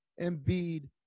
Embiid